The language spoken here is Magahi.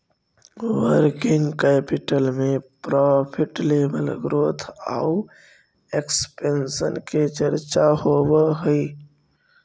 वर्किंग कैपिटल में प्रॉफिट लेवल ग्रोथ आउ एक्सपेंशन के चर्चा होवऽ हई